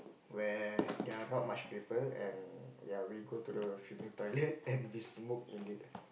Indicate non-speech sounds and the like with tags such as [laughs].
where there are not much people and ya we go to the female toilet [laughs] and we smoke in it